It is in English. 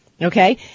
Okay